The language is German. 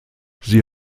sie